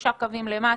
שלושה קווים למטה.